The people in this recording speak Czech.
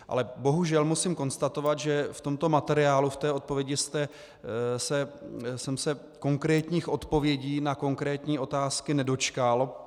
Ale bohužel musím konstatovat, že v tomto materiálu, v té odpovědi jsem se konkrétních odpovědí na konkrétní otázky nedočkal.